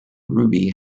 ruby